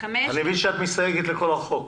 אני מבין שאת מסתייגת לכל החוק.